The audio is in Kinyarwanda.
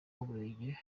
w’umurenge